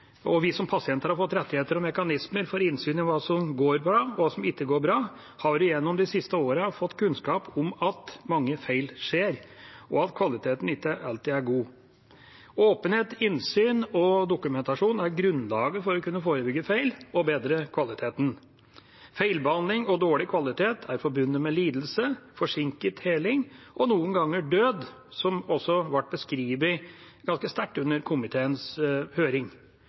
og vi som pasienter har fått rettigheter og mekanismer for innsyn i hva som går bra, og hva som ikke går bra, har vi gjennom de siste årene fått kunnskap om at mange feil skjer, og at kvaliteten ikke alltid er god. Åpenhet, innsyn og dokumentasjon er grunnlaget for å kunne forebygge feil og bedre kvaliteten. Feilbehandling og dårlig kvalitet er forbundet med lidelse, forsinket heling og noen ganger død, noe som også ble beskrevet ganske sterkt under komiteens høring.